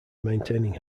maintaining